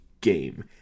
game